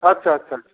আচ্ছা আচ্ছা আচ্ছা